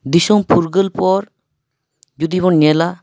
ᱫᱤᱥᱚᱢ ᱯᱷᱩᱨᱜᱟᱹᱞ ᱯᱚᱨ ᱡᱩᱫᱤ ᱵᱚᱱ ᱧᱮᱞᱟ